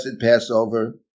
Passover